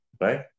Right